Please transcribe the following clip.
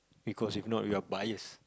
because if not we are biased